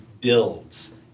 builds